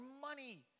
money